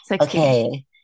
Okay